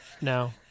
no